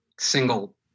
single